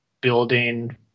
building